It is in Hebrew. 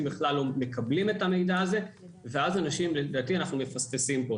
בכלל לא מקבלים את המידע הזה ולדעתי אנחנו מפספסים כאן.